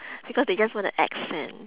because they just want the accent